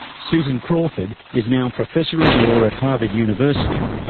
susan crawford is now professor of law at harvard university,